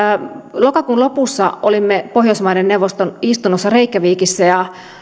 lokakuun lopussa olimme pohjoismaiden neuvoston istunnossa reykjavikissa ja